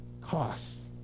costs